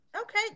okay